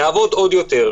נעבוד עוד יותר.